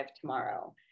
tomorrow